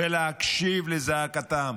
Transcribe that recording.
ולהקשיב לזעקתם.